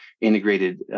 integrated